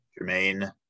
Jermaine